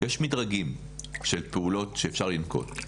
יש מדרגים של פעולות שאפשר לנקוט.